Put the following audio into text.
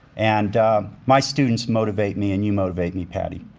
and my students motivate me, and you motivate me, patty.